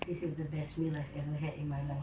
this is the best meal I've ever had in my life